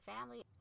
family